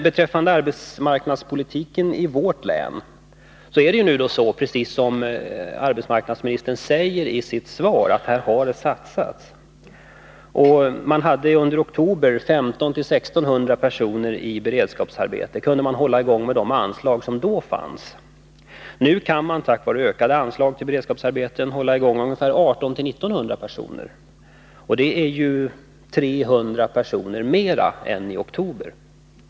Beträffande arbetsmarknadspolitiken i vårt län förhåller det sig precis så som arbetsmarknadsministern säger i sitt svar, att där har det satsats. Man hade under oktober månad 1 500-1 600 personer i beredskapsarbete med hjälp av de anslag som då fanns. Nu kan man tack vare ökade anslag till beredskapsarbeten hålla i gång 1 800-1 900 personer. Det är 300 personer fler än i oktober.